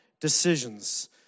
decisions